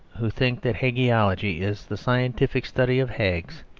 who think that hagiology is the scientific study of hags.